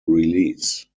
release